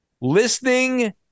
listening